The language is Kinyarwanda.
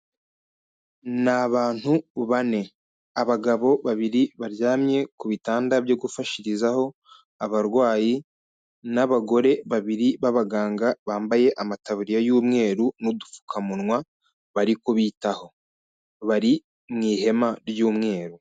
Ni abantu bane. Abagabo babiri baryamye ku bitanda byo gufashirizaho abarwayi n'abagore babiri b'abaganga, bambaye amataburiya y'umweru n'udupfukamunwa, bari ku bitaho. Bari mu ihema ry'umweru.